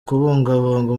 kubungabunga